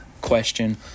question